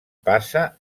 passa